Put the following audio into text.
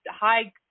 high